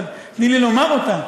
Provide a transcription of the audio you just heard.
אבל תני לי לומר אותה.